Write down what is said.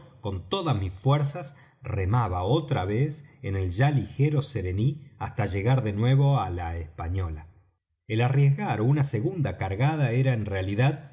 con todas mis fuerzas remaba otra vez en el ya ligero serení hasta llegar de nuevo á la española el arriesgar una segunda cargada era en realidad